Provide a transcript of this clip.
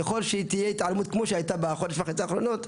ככל שתהיה התעלמות כמו שהייתה בחודש וחצי האחרונים,